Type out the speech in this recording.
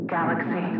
Galaxy